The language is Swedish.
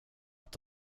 att